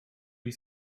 die